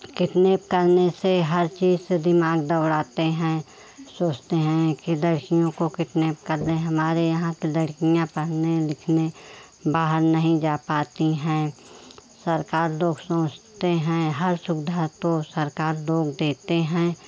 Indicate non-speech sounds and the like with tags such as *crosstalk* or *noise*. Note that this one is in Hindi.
किडनेप करने से हर चीज़ से दिमाग़ दौड़ाते हैं सोचते हैं किधर *unintelligible* को किडनेप कर लें हमारे यहाँ की लड़कियाँ पढ़ने लिखने बाहर नहीं जा पाती हैं सरकार दो सोचते हैं हर सुविधा तो सरकार लोग देते हैं